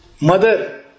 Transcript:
Mother